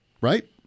Right